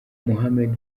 mohamed